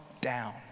down